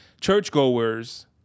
churchgoers